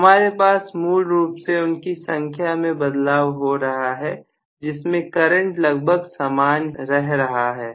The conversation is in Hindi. तो हमारे पास मूल रूप से उनकी संख्या में बदलाव हो रहा है जिसमें करंट लगभग समान ही रह रहा है